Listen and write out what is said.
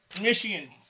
Michigan